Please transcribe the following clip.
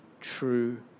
true